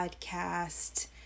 podcast